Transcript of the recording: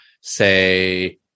say